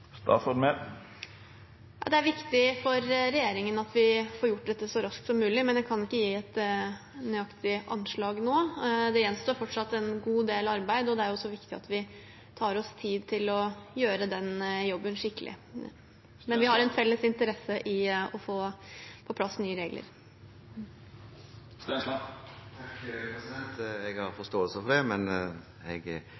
Det er viktig for regjeringen at vi får gjort dette så raskt som mulig, men jeg kan ikke gi et nøyaktig anslag nå. Det gjenstår fortsatt en god del arbeid, og det er også viktig at vi tar oss tid til å gjøre den jobben skikkelig. Men vi har en felles interesse i å få på plass nye regler. Jeg har forståelse for det, men jeg